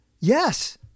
Yes